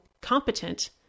competent